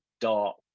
dark